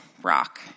rock